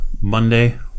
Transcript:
Monday